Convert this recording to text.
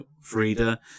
Frida